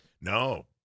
No